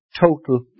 total